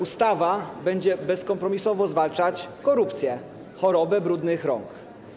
Ustawa będzie bezkompromisowo zwalczać korupcję, chorobę brudnych rąk.